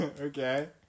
Okay